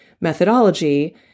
methodology